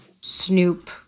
snoop